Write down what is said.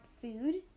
food